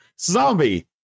Zombie